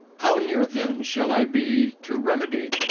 how near then shall i be to remedy?